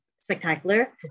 spectacular